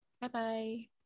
Bye-bye